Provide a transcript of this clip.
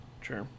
Sure